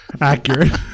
accurate